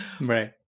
right